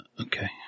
Okay